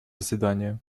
заседание